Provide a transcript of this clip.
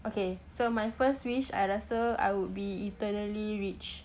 okay so my first wish I rasa I would be eternally rich